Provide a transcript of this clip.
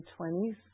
20s